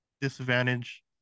disadvantage